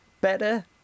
Better